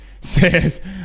says